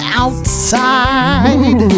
outside